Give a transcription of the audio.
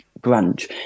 branch